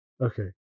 Okay